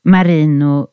Marino